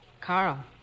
Carl